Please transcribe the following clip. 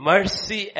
Mercy